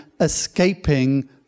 escaping